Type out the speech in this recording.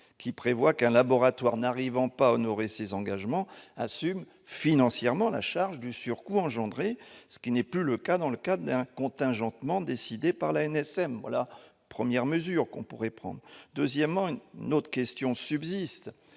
lesquelles un laboratoire n'arrivant pas à honorer ses engagements assume financièrement la charge du surcoût entraîné, ce qui n'est plus le cas dans le cadre d'un contingentement décidé par l'ANSM ? Voilà une première mesure que l'on pourrait prendre ! Une autre question subsiste